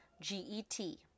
G-E-T